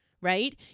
right